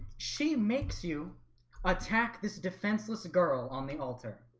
she makes you attack this defenseless girl on the altar